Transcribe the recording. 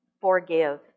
forgive